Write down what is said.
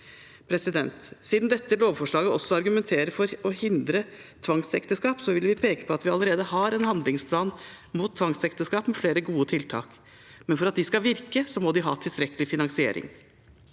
alder. Siden dette lovforslaget også argumenterer for å hindre tvangsekteskap, vil vi peke på at vi allerede har en handlingsplan med flere gode tiltak mot tvangsekteskap, men for at de skal virke, må de ha tilstrekkelig finansiering.